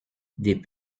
des